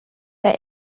der